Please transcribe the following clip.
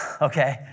okay